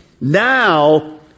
Now